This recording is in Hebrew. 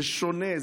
זה שונה,